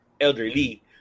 elderly